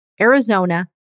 Arizona